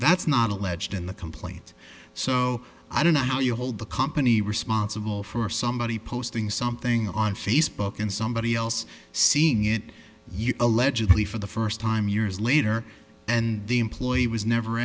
that's not alleged in the complaint so i don't know how you hold the company responsible for somebody posting something on facebook and somebody else seeing it allegedly for the first time years later and the employee was never